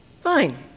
Fine